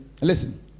Listen